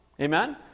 Amen